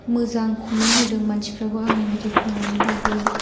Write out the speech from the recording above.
मोजां कमेन्ट होदों मानसिफ्राबो आंनि मेथाइ खननायनि बागै